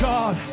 God